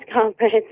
conference